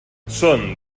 són